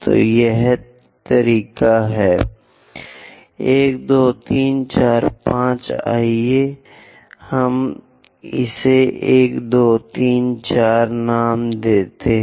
तो यह तरीका है 1 2 3 4 5 आइए हम इसे 1 2 3 4 नाम देते हैं